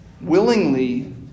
willingly